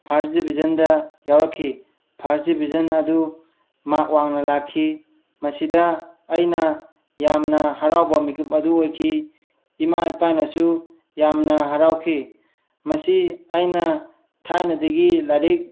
first ꯗꯤꯕꯤꯖꯟꯗ ꯌꯥꯎꯔꯛꯈꯤ first division ꯑꯗꯨ ꯃꯥꯛ ꯋꯥꯡꯅ ꯂꯥꯛꯈꯤ ꯃꯁꯤꯗ ꯑꯩꯅ ꯌꯥꯝꯅ ꯍꯔꯥꯎꯕ ꯃꯤꯀꯨꯞ ꯑꯗꯨ ꯑꯣꯏꯈꯤ ꯏꯃꯥ ꯏꯄꯥꯅꯁꯨ ꯌꯥꯝꯅ ꯍꯔꯥꯎꯈꯤ ꯃꯁꯤ ꯑꯩꯅ ꯊꯥꯏꯅꯗꯒꯤ ꯂꯥꯏꯔꯤꯛ